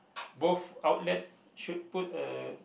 both outlet should put a